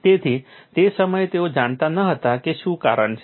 તેથી તે સમયે તેઓ જાણતા ન હતા કે શું કારણ છે